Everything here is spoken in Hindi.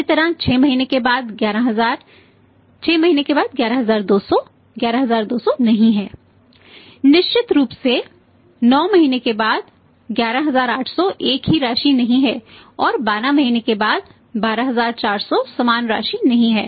इसी तरह 6 महीने के बाद 11000 6 महीने के बाद 11200 11200 नहीं है निश्चित रूप से 9 महीने के बाद 11800 एक ही राशि नहीं है और 12 महीने के बाद 12400 समान राशि नहीं है